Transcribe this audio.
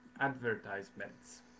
advertisements